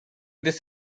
this